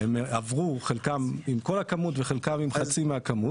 חלקם עברו עם כל הכמות וחלקם עם חצי מהכמות.